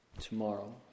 tomorrow